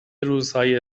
روزهای